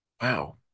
wow